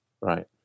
Right